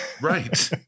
right